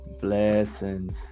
Blessings